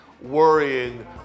worrying